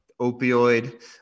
opioid